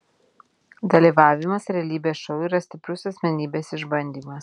dalyvavimas realybės šou yra stiprus asmenybės išbandymas